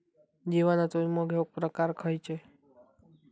जीवनाचो विमो घेऊक प्रकार खैचे?